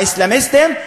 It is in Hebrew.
האסלאמיסטים,